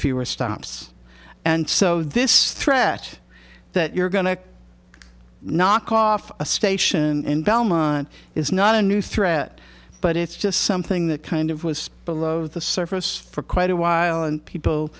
fewer stops and so this threat that you're going to knock off a station in belmont is not a new threat but it's just something that kind of was below the surface for quite a while and people